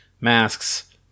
masks